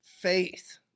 faith